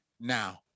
now